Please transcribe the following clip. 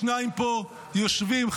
שניים יושבים פה,